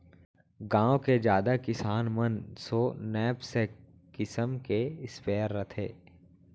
गॉँव के जादा किसान मन सो नैपसेक किसम के स्पेयर रथे